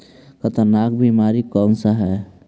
खतरनाक बीमारी कौन सा है?